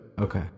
okay